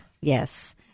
yes